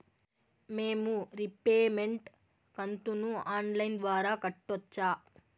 మేము రీపేమెంట్ కంతును online ద్వారా కట్టొచ్చా